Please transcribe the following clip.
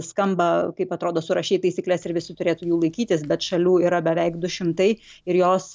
skamba kaip atrodo surašei taisykles ir visi turėtų jų laikytis bet šalių yra beveik du šimtai ir jos